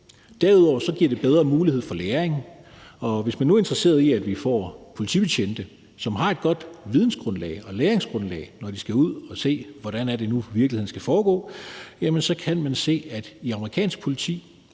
Derudover giver det bedre mulighed for læring. Og hvis man nu er interesseret i, at vi får politibetjente, som har et godt vidensgrundlag og læringsgrundlag, når de skal ud at se, hvordan det nu er, at det skal foregå i virkeligheden, så kan man se, at i amerikansk politi